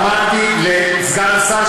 אמרתי לסגן השר,